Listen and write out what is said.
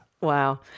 Wow